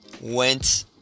Went